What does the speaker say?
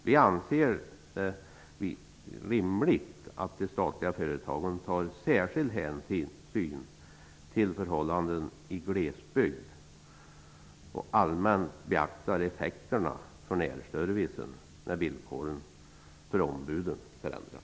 Vi anser att det är rimligt att de statliga företagen tar särskild hänsyn till förhållandena i glesbygd och allmänt beaktar effekterna för närservicen när villkoren för ombuden förändras.